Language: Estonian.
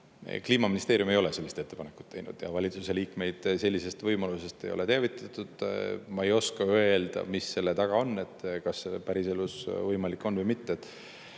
Kliimaministeerium ei ole sellist ettepanekut teinud ja valitsuse liikmeid sellisest võimalusest ei ole teavitatud. Ma ei oska öelda, mis selle taga on, kas see päriselus võimalik on või mitte.